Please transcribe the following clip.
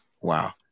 Wow